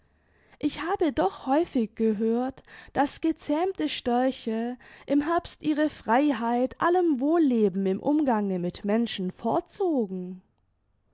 ich habe doch häufig gehört daß gezähmte störche im herbst ihre freiheit allem wohlleben im umgange mit menschen vorzogen